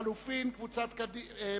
כבוד השר בן-אליעזר, אדוני צריך איזו עזרה?